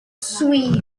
swede